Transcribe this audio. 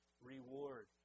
reward